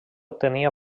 tenia